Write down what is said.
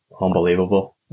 unbelievable